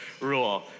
rule